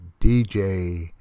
DJ